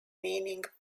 meaning